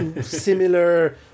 similar